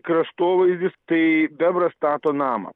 kraštovaizdis tai bebras stato namą